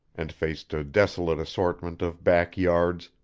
and faced a desolate assortment of back yards,